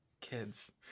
Kids